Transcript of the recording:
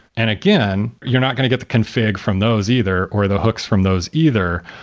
and again, you're not going to get the config from those either, or the hooks from those either.